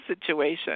situation